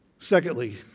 Secondly